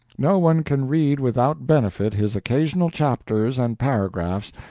no one can read without benefit his occasional chapters and paragraphs,